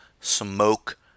smoke